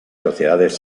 sociedades